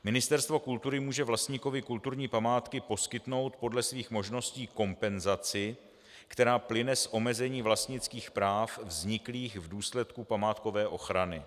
Ministerstvo kultury může vlastníkovi kulturní památky poskytnout podle svých možností kompenzaci, která plyne z omezení vlastnických práv vzniklých v důsledku památkové ochrany.